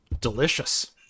delicious